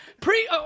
pre